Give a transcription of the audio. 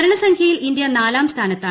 മരണസംഖ്യയിൽ India നാലാം സ്ഥാനത്താണ്